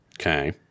Okay